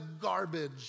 garbage